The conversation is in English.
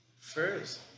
First